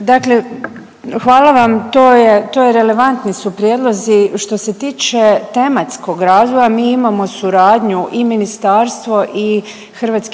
Dakle, hvala vam to je, to je relevantni su prijedlozi. Što se tiče tematskog razvoja, mi imamo suradnju i ministarstvo i HAVC.